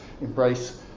embrace